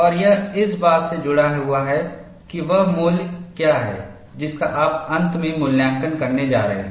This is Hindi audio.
और यह इस बात से जुड़ा हुआ है कि वह मूल्य क्या है जिसका आप अंत में मूल्यांकन करने जा रहे हैं